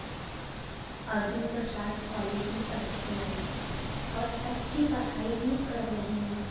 Arjun Prasad college में पढ़ती है और अच्छी पढ़ाई भी कर रही हैं